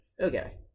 okay